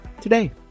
today